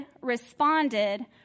responded